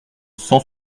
cent